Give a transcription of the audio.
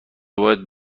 باید